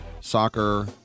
soccer